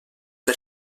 per